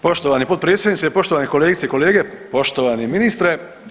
Poštovani potpredsjedniče, poštovani kolegice i kolege, poštovani ministre.